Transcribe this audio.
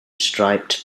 striped